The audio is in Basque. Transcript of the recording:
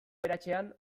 aberatsean